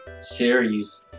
series